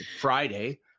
Friday